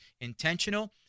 intentional